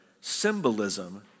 symbolism